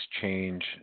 change